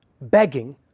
begging